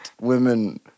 women